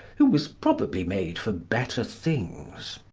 who was probably made for better things.